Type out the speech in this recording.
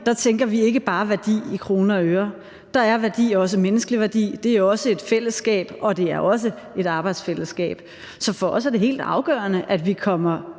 tænker vi ikke bare værdi i kroner og øre. Der er værdi også menneskelig værdi; det er også et fællesskab, og det er også et arbejdsfællesskab. Så for os er det helt afgørende, at vi kommer